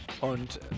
Und